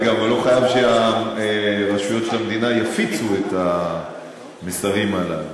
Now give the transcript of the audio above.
אני גם לא חייב שהרשויות של המדינה יפיצו את המסרים הללו.